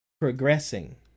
progressing